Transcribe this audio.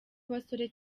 abasore